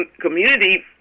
community